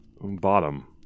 bottom